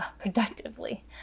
productively